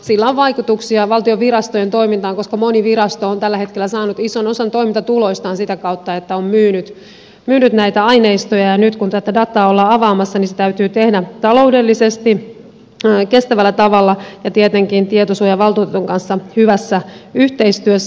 sillä on vaikutuksia valtion virastojen toimintaan koska moni virasto on tällä hetkellä saanut ison osan toimintatuloistaan sitä kautta että on myynyt näitä aineistoja ja nyt kun tätä dataa ollaan avaamassa niin se täytyy tehdä taloudellisesti kestävällä tavalla ja tietenkin tietosuojavaltuutetun kanssa hyvässä yhteistyössä